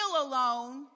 alone